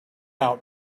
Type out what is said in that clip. out